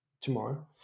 tomorrow